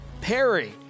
Perry